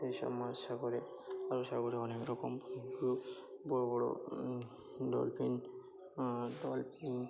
এইসব মাছ সাগরে আরও সাগরে অনেক রকম বড় বড় ডলফিন ডলফিন